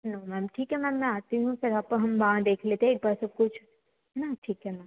चलो मैम ठीक है मैम मैं आती हूँ फिर आप हम वहाँ देख लेते हैं एक बार सब कुछ हैं न ठीक है मैम